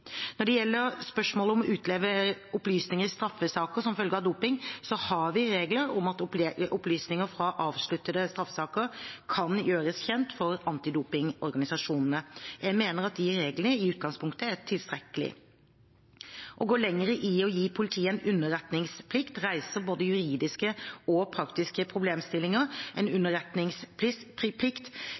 Når det gjelder spørsmålet om å utlevere opplysninger i straffesaker som følge av doping, har vi regler om at opplysninger fra avsluttede straffesaker kan gjøres kjent for antidopingorganisasjonene. Jeg mener at de reglene i utgangspunktet er tilstrekkelige. Å gå lenger i å gi politiet en underretningsplikt reiser både juridiske og praktiske problemstillinger. En